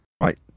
Right